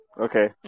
Okay